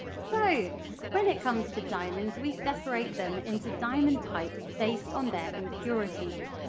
so when it comes to diamonds we separate them into diamond types based on their impurities,